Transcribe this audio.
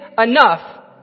enough